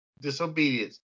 disobedience